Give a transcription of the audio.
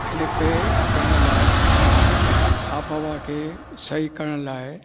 इन खे हटाइण लाइ आब हवा खे सही करण लाइ